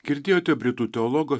girdėjote britų teologo